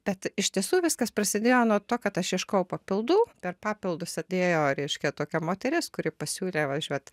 bet iš tiesų viskas prasidėjo nuo to kad aš ieškojau papildų per papildus sėdėjo reiškia tokia moteris kuri pasiūlė važiuot